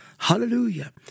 Hallelujah